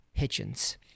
Hitchens